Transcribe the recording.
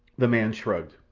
the man shrugged.